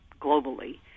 globally